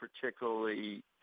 particularly